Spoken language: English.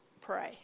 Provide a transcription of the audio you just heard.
pray